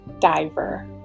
Diver